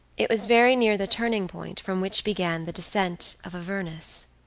it was very near the turning point from which began the descent of avernus.